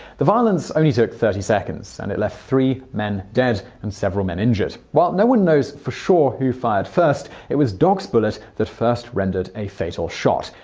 the violence only took thirty seconds, and left three men dead, and several men injured. while no one knows for sure who fired first, it was doc's bullet that first rendered a fatal shot.